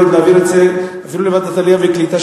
להעביר את זה אפילו לוועדת העלייה והקליטה,